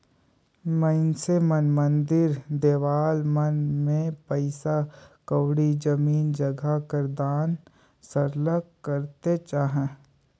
मइनसे मन मंदिर देवाला मन में पइसा कउड़ी, जमीन जगहा कर दान सरलग करतेच अहें